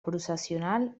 processional